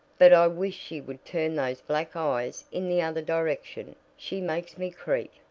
but i wish she would turn those black eyes in the other direction. she makes me creep.